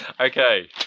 Okay